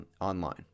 online